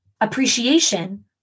Appreciation